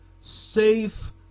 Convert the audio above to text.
Safe